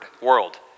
world